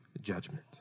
judgment